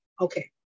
Okay